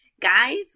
Guys